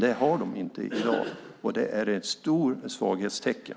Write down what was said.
Det har de inte i dag, och det är ett stort svaghetstecken.